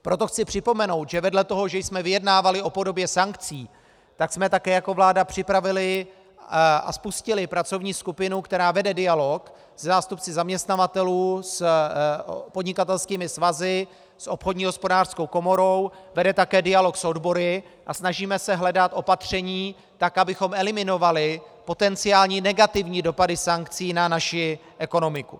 Proto chci připomenout, že vedle toho, že jsme vyjednávali o podobě sankcí, tak jsme také jako vláda připravili a spustili pracovní skupinu, která vede dialog se zástupci zaměstnavatelů, s podnikatelskými svazy, s obchodní hospodářskou komorou, vede také dialog s odbory a snažíme se hledat opatření tak, abychom eliminovali potenciální negativní dopady sankcí na naši ekonomiku.